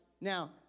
Now